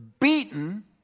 beaten